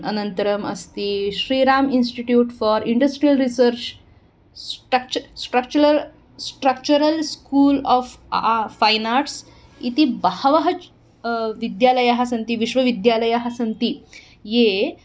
अनन्तरम् अस्ति Shriram institute for industrial research struct structural structural school of fine arts इति बहवः विद्यालयाः सन्ति विश्वविद्यालयाः सन्ति